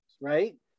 right